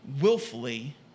willfully